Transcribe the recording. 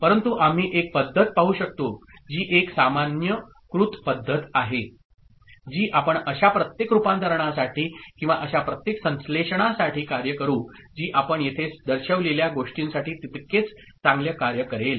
परंतु आम्ही एक पद्धत पाहू शकतो जी एक सामान्यीकृत पद्धत आहे जी आपण अशा प्रत्येक रूपांतरणासाठी किंवा अशा प्रत्येक संश्लेषणासाठी कार्य करू जी आपण येथे दर्शविलेल्या गोष्टींसाठी तितकेच चांगले कार्य करेल